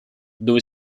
dove